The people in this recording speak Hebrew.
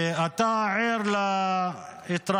ואתה ער להתרחשות